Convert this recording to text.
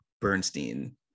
Bernstein